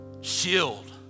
shield